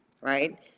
right